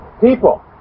People